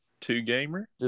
Two-gamer